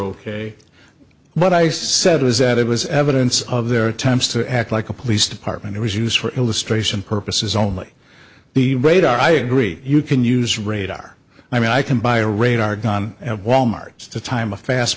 ok what i said was that it was evidence of their attempts to act like a police department it was used for illustration purposes only the radar i agree you can use radar i mean i can buy a radar gun at wal mart to time a fast